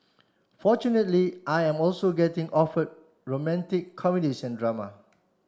fortunately I am also getting offer romantic comedies and drama